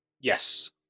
Yes